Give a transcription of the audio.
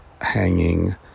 hanging